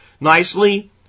nicely